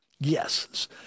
Yes